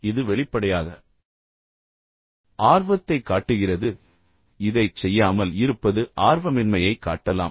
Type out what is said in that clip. இப்போது இது வெளிப்படையாக ஆர்வத்தைக் காட்டுகிறது இதைச் செய்யாமல் இருப்பது ஆர்வமின்மையைக் காட்டலாம்